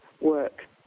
work